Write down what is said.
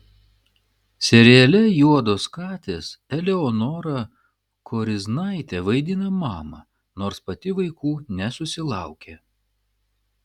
seriale juodos katės eleonora koriznaitė vaidina mamą nors pati vaikų nesusilaukė